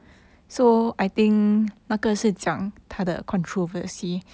oh